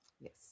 Yes